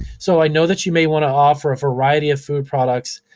so, i know that you may want to offer a variety of food products,